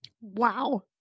Wow